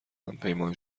همپیمان